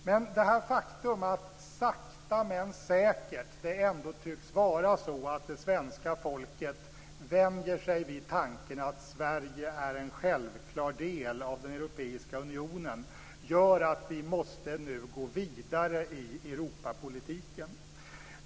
Men det faktum att svenska folket sakta men säkert tycks vänja sig vid tanken att Sverige är en självklar del av den europeiska unionen gör att vi nu måste gå vidare i Europapolitiken.